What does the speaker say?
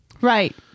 Right